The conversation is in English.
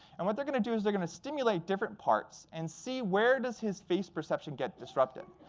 and what they're going to do is they're going to stimulate different parts and see where does his face perception get disrupted.